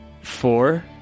four